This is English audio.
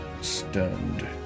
Stunned